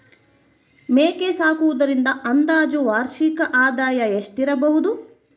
ಮೇಕೆ ಸಾಕುವುದರಿಂದ ಅಂದಾಜು ವಾರ್ಷಿಕ ಆದಾಯ ಎಷ್ಟಿರಬಹುದು?